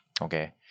Okay